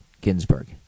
ginsburg